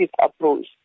approach